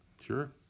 Sure